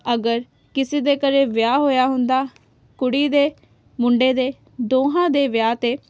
ਅਗਰ ਕਿਸੇ ਦੇ ਘਰ ਵਿਆਹ ਹੋਇਆ ਹੁੰਦਾ ਕੁੜੀ ਦੇ ਮੁੰਡੇ ਦੇ ਦੋਹਾਂ ਦੇ ਵਿਆਹ 'ਤੇ